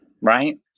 right